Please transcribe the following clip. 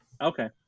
okay